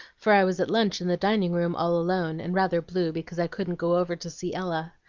for i was at lunch in the dining-room, all alone, and rather blue because i couldn't go over to see ella.